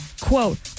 Quote